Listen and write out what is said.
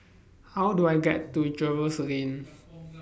How Do I get to Jervois Lane